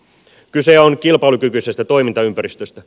kyse on kilpailukykyisestä toimintaympäristöstä